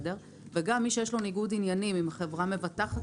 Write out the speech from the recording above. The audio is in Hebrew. וגם מי שיש לו ניגוד עניינים עם חברה מבטחת